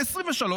ב-2023,